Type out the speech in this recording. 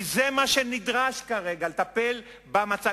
כי זה מה שנדרש כרגע כדי לטפל במצב.